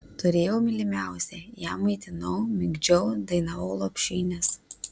turėjau mylimiausią ją maitinau migdžiau dainavau lopšines